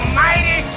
mighty